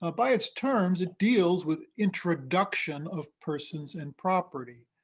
ah by its terms, it deals with introduction of persons and property,